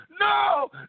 no